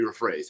rephrase